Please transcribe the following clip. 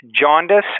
jaundice